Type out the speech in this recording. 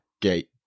gate